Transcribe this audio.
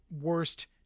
worst